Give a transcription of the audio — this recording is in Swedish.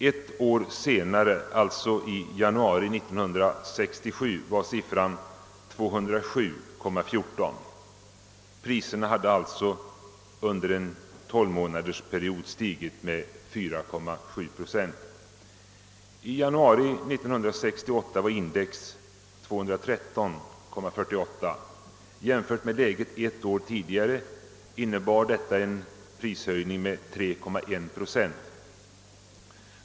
Ett år senare — alltså i januari 1967 — var siffran 207,14. Priserna hade alltså under en tolvmånadersperiod stigit med 4,7 procent. I januari 1968 var index 213,48. Jämfört med läget ett år tidigare innebär detta en prishöjning med 3,1 procent.